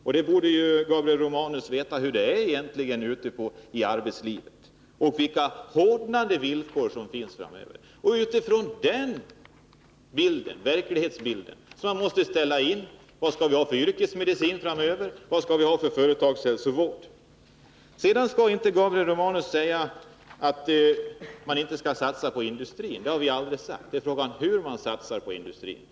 Gabriel Romanus borde veta hur det är ute i arbetslivet och vilka hårdnande villkor som gäller framöver. Det är utifrån den verklighetsbilden man måste fråga: Vad skall vi ha för yrkesmedicin? Vad skall vi ha för företagshälsovård? Gabriel Romanus skall inte säga att vi inte vill satsa på industrin. Någon sådant har vi aldrig sagt. Vad det är fråga om är hur man satsar på industrin.